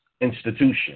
institution